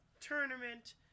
tournament